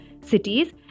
cities